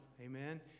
Amen